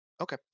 Okay